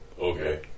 Okay